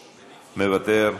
מוותר.